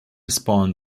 spawn